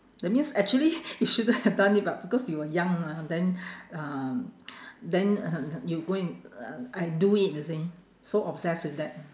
that means actually you shouldn't have done it but because you were young mah then um then you go and uh I do it you see so obsessed with that